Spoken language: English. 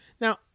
Now